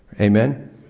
Amen